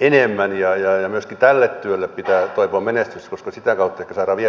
enemmän ja myöskin tälle työlle pitää toivoa menestystä koska sitä kautta ehkä saadaan vielä enemmän tehoa